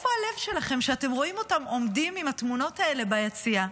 איפה הלב שלכם כשאתם רואים אותם עומדים עם התמונות האלה ביציע,